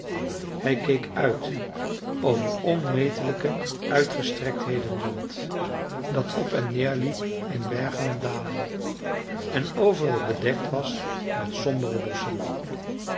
hij keek uit over onmetelijke uitgestrektheden land dat op en neer liep in bergen en dalen en overal bedekt was met sombere bosschen